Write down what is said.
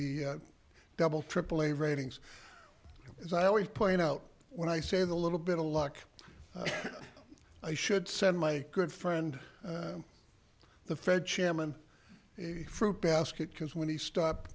the double triple a ratings as i always point out when i say the little bit of luck i should send my good friend the fed chairman a fruit basket because when he stopped